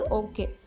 okay